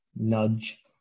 nudge